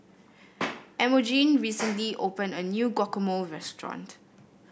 Emogene recently opened a new Guacamole restaurant